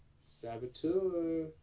Saboteur